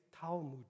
Talmud